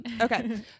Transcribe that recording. Okay